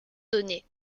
donné